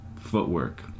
footwork